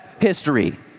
history